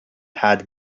had